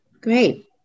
great